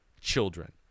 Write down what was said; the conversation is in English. children